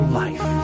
life